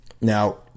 Now